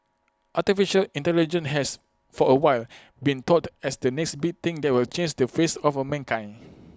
Artificial Intelligence has for A while been touted as the next big thing that will change the face of mankind